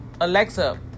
Alexa